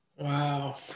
Wow